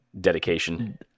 dedication